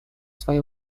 свои